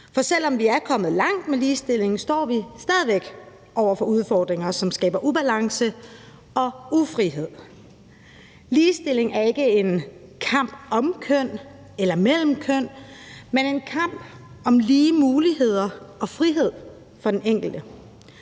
For selv om vi er kommet langt med ligestillingen, står vi stadig væk over for udfordringer, som skaber ubalance og ufrihed. Ligestilling er ikke en kamp om køn eller mellem køn, men en kamp om lige muligheder og frihed for den enkelte.